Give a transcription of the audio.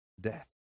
death